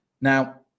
Now